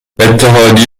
اتحادیه